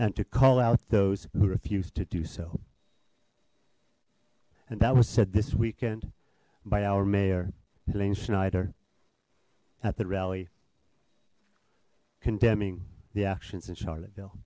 and to call out those who refused to do so and that was said this weekend by our mayor helene schneider at the rally condemning the actions in charlotte bill